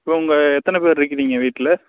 அப்புறோம் உங்கள் எத்தனை பேர் இருக்கிறிங்க வீட்டில